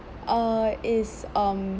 uh is um